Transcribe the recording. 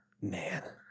Man